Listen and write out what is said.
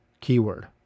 keyword